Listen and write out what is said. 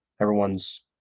Everyone's